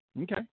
Okay